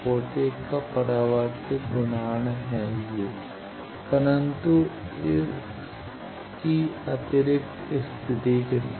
port 1 का परावर्तित गुणांक है परंतु इन की अतिरिक्त स्थिति के साथ